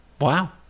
Wow